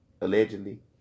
allegedly